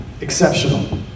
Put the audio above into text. Exceptional